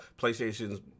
PlayStation's